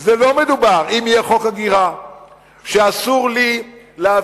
לא בזה מדובר, אם יהיה חוק הגירה שאסור לי להביא,